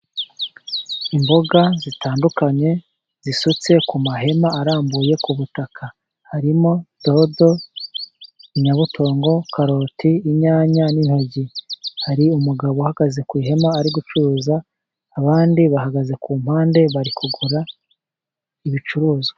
Imboga zitandukanye zisutse ku mahema arambuye ku butaka harimo: dodo, inyamutongo, karoti, inyanya, n'intoryi. Hari umugabo uhagaze ku ihema ari gucuruza, abandi bahagaze ku mpande bari kugura ibicuruzwa.